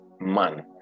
man